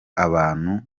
abantu